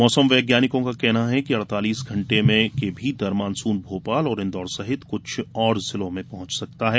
मौसम वैज्ञानिकों का कहना है कि अड़तालीस घंटे के भीतर मानसून भोपाल और इन्दौर सहित कुछ और जिलों में पहुँच सकता है